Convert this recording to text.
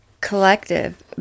collective